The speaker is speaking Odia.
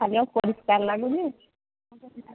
ଖାଲି ଅପରିଷ୍କାର ଲାଗୁଛି